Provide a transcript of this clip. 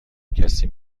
کسی